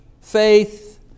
faith